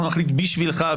אנחנו נחליט בשבילך,